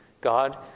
God